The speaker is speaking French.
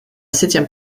septième